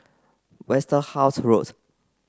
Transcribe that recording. Westerhout Road